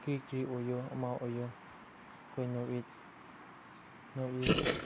ꯀꯔꯤ ꯀꯔꯤ ꯑꯣꯏꯌꯨ ꯑꯃ ꯑꯣꯏꯌꯨ ꯑꯩꯈꯣꯏ ꯅꯣꯔꯠ ꯏꯁ ꯅꯣꯔꯠ ꯏꯁ